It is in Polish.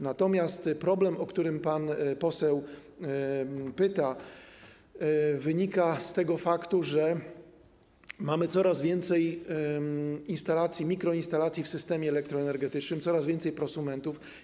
Natomiast problem, o który pan poseł pyta, wynika z tego faktu, że mamy coraz więcej instalacji, mikroinstalacji w systemie elektroenergetycznym, coraz więcej prosumentów.